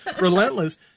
relentless